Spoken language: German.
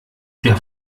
der